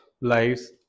lives